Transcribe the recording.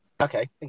Okay